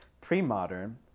pre-modern